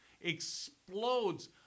explodes